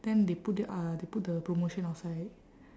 then they put the uh they put the promotion outside